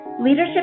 Leadership